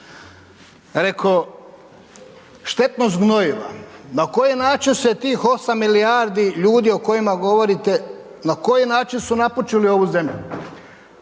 Rekao štetnost gnojiva. Na koji način se tih 8 milijardi ljudi o kojima govorite, na koji način su napučili ovu zemlju?